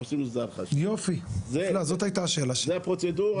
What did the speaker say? זאת הפרוצדורה.